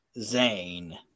Zane